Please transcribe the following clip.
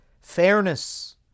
fairness